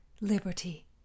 liberty